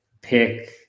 pick